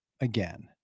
again